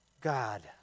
God